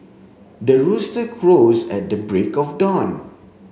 the rooster crows at the break of dawn